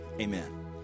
amen